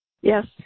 Yes